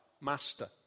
Master